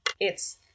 it's-